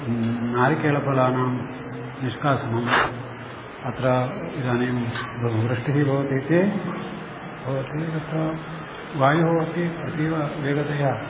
नारिकेलफलानां निष्कासनम् अत्र इदानीं वृ वृष्टिः भवतीति भवति अत्र वायुः अपि अतीववेगतया